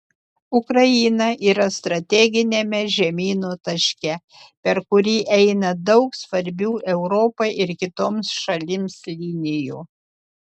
ukraina yra strateginiame žemyno taške per kurį eina daug svarbių europai ir kitoms šalims linijų